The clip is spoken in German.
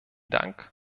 dank